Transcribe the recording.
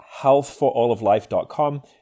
healthforalloflife.com